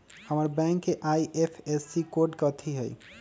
हमर बैंक के IFSC code कथि हई?